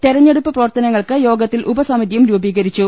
തെരഞ്ഞെടുപ്പ് പ്രവർത്ത നങ്ങൾക്ക് യോഗത്തിൽ ഉപസമിതിയും രൂപീകൃരിച്ചു